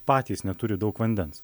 patys neturi daug vandens